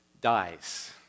dies